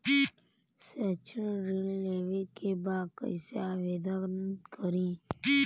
शैक्षिक ऋण लेवे के बा कईसे आवेदन करी?